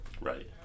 Right